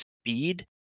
speed